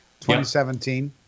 2017